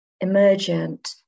Emergent